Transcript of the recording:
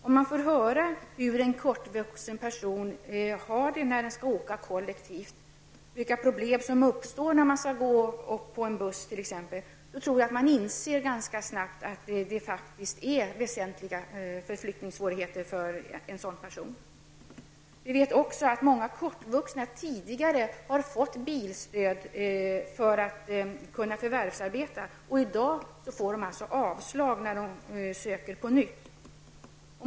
Om de får höra hur det är för en kortvuxen person att åka kollektivt, t.ex. vilka problem som uppstår när man skall gå på en buss, tror jag att de ganska snabbt inser att en sådan person har väsentliga förflyttningssvårigheter. Vi vet också att många kortvuxna tidigare har fått bilstöd för att kunna förvärvsarbeta. I dag får dessa människor avslag när de söker på nytt.